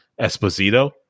esposito